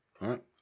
right